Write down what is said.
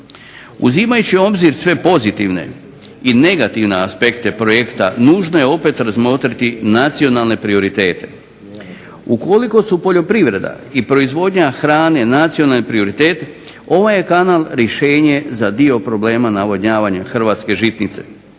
Uzimajući u obzir sve pozitivne i negativne aspekte projekta, nužno je opet razmotriti nacionalne prioritete. Ukoliko su poljoprivreda i proizvodnja hrane nacionalni prioritet, ovaj je kanal rješenje za dio problema navodnjavanja hrvatske žitnice.